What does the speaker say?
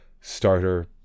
starter